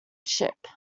ship